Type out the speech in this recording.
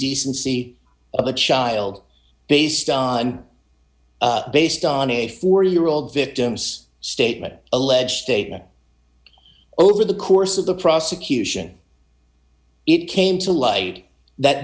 indecency of a child based on based on a forty year old victim's statement alleged statement over the course of the prosecution it came to light that